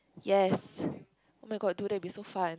yes but I got a two day be so fun